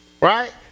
right